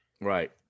Right